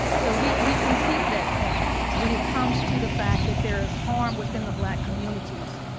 so, we we concede that point when it comes to the fact that there's harm within the black communities.